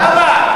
למה,